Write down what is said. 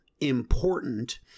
important